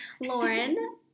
Lauren